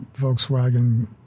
Volkswagen